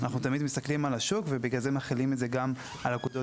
אנחנו תמיד מסתכלים על השוק ובגלל זה מחילים את זה גם על אגודות